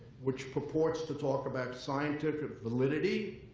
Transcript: which purports to talk about scientific validity,